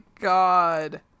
God